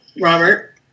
Robert